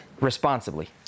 responsibly